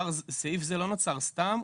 סעיף זה לא נוצר סתם.